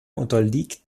unterliegt